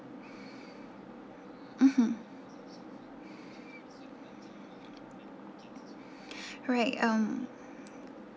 mmhmm alright um